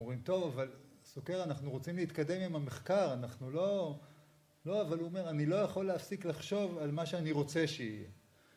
אומרים טוב אבל סוקר אנחנו רוצים להתקדם עם המחקר אנחנו לא לא אבל הוא אומר אני לא יכול להפסיק לחשוב על מה שאני רוצה שיהיה